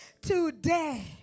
today